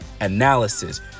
analysis